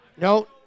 No